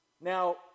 Now